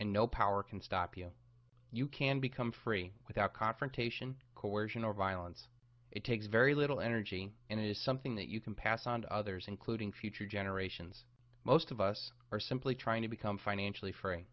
and no power can stop you you can become free without confrontation coercion or violence it takes very little energy and it is something that you can pass on to others including future generations most of us are simply trying to become financially free